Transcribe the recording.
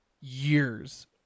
years